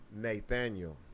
nathaniel